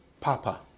Papa